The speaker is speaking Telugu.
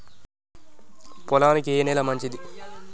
పొలానికి ఏ నేల మంచిది?